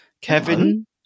Kevin